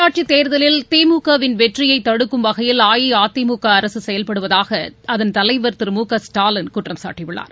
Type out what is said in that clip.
உள்ளாட்சி தேர்தலில் திமுக வெற்றியை தடுக் கும் வகையில் அஇஅதிமுக அரசு செயல்படுவதாக திமுக தலைவர் திரு மு க ஸ்டாரலின் குற்றம் சாட்டியுள்ளார்